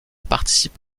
participe